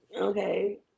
Okay